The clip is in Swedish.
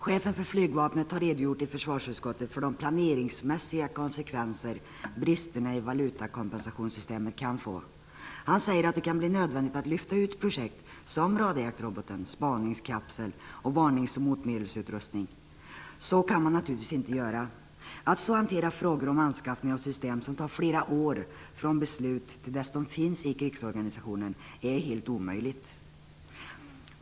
Chefen för flygvapnet har redogjort i försvarsutskottet för de planeringsmässiga konsekvenser som bristerna i valutakompensationssystemet kan få. Han säger att det kan bli nödvändigt att lyfta ut projekt som anskaffning av radarjaktrobot med spaningskapsel och varningsutrustning. Så kan man naturligtvis inte göra. Att så hantera frågor om anskaffning av system som tar flera år från beslut till dess de finns i krigsorganisationen är helt orimligt.